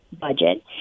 budget